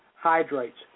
hydrates